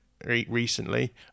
recently